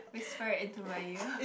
whisper into my ear